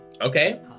Okay